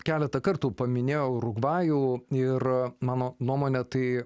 keletą kartų paminėjo urugvajų ir mano nuomone tai